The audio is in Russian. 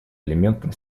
элементом